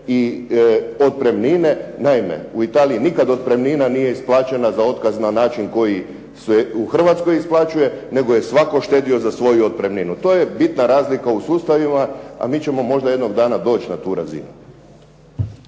i otpremnine. Naime, u Italiji nikad otpremnina nije isplaćena za otkaz na način koji se u Hrvatskoj isplaćuje, nego je svatko štedio za svoju otpremninu. To je bitna razlika u sustavima, a mi ćemo možda jednog dana doći na tu razinu.